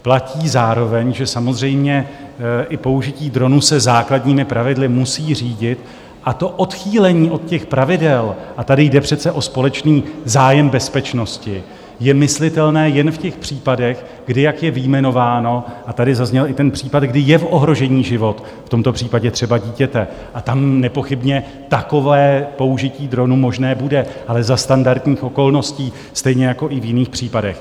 Platí zároveň, že samozřejmě i použití dronu se základními pravidly musí řídit, a odchýlení od pravidel, a tady jde přece o společný zájem bezpečnosti, je myslitelné jen v těch případech, kdy, jak je vyjmenováno a tady zazněl i ten případ, kdy je v ohrožení život, v tomto případě třeba dítěte a tam nepochybně takové použití dronů možné bude, ale za standardních okolností stejně jako i v jiných případech.